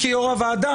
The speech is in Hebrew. כיושב-ראש הוועדה,